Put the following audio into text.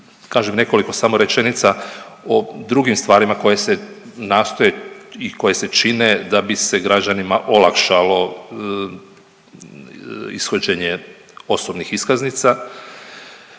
kažem nekoliko samo rečenica o drugim stvarima koje se nastoje i koje se čine da bi se građanima olakšalo ishođenje osobnih iskaznica.